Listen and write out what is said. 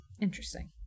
Interesting